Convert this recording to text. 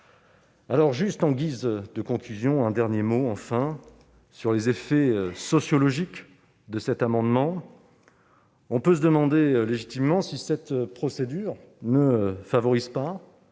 porte à des fraudes. Je dirai un dernier mot, enfin, sur les effets sociologiques de cet amendement. On peut se demander légitimement si cette procédure ne favorise pas